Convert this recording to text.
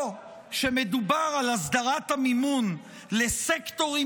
או שמדובר על הסדרת המימון לסקטורים